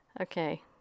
Okay